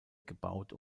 gebaut